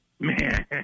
Man